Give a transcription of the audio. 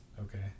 Okay